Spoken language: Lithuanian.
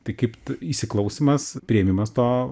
tai kaip įsiklausymas priėmimas to